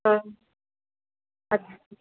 हँ अच्छा